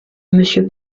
monsieur